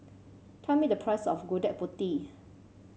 tell me the price of Gudeg Putih